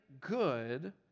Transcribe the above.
good